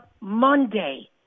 Monday